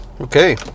Okay